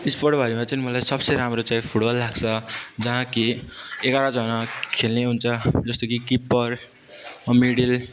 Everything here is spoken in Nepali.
स्पोट्सभरिमा चाहिँ मलाई सबसे राम्रो चाहिँ फुटबल लाग्छ जहाँ कि एघारजना खेल्ने हुन्छ जस्तो कि किप्पर मिडल